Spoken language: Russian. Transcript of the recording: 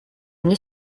мне